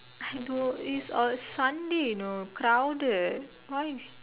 I told you it's on Sunday know crowded why